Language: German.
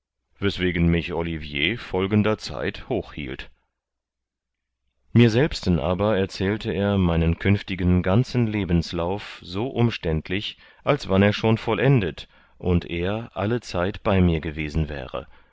weswegen mich olivier folgenderzeit hochhielt mir selbsten aber erzählte er meinen künftigen ganzen lebenslauf so umständlich als wann er schon vollendet und er allezeit bei mir gewesen wäre